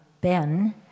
Ben